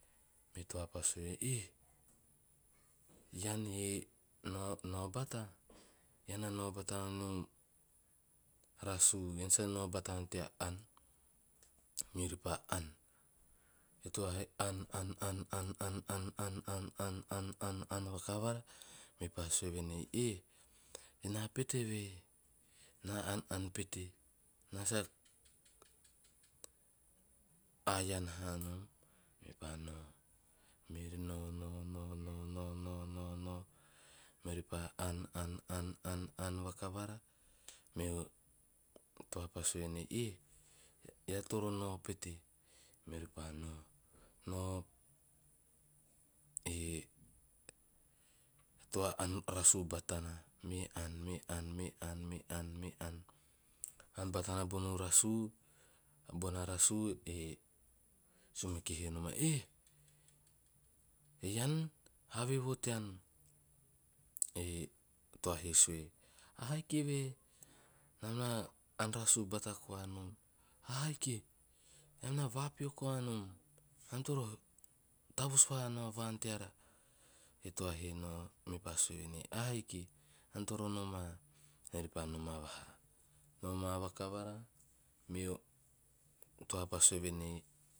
Me toa pa sue "eh ean he nao nao bata, ean na nao bata nao nom raasu ean na sa nao bata nom tea aan." Meori pa aan, e toa he aan aan aan aan aan aan vakavara mepaa sue venei "eh na pete vee n aan pete na sa iron haa nom." Mepa nao meori nao nao nao nao nao nao, meori pa aan aan aan, vakavara meo toa pa sue venei "eh eara toro nao pete". Meori pa nao, nao e toa aan raasu batana me aan, me aan me aan me aan me aan, aan batana bona raasue sumeke he noma "eh ean haveveo tean?" E toa hee sue "ahaiki vee nam na aan raasu bata koa nom", ahaiki eam na vapeo koa nom, ean toro tavus vaha koa nao. Bara e toa he nao, mepa su venei "ahaiki ean toro noma". Meori pa noma vaha, noma vakavara meo tea pa sue venei